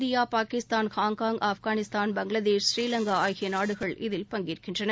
India Pakistan Hong Kong Afghanistan Bangladesh Sri Lanka ஆகிய நாடுகள் இதில் பங்கேற்கின்றன